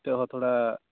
ᱛᱮᱦᱚᱸ ᱛᱷᱚᱲᱟ